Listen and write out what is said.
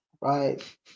right